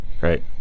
Right